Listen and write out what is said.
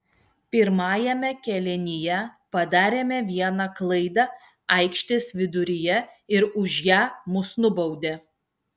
pirmajame kėlinyje padarėme vieną klaidą aikštės viduryje ir už ją mus nubaudė